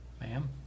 Ma'am